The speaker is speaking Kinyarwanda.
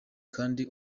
kandi